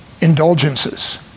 indulgences